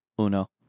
uno